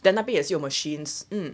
then 那边也是有 machines mm